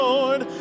Lord